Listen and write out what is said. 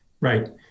Right